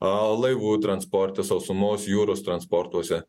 a laivų transporte sausumos jūros transportuose